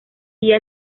día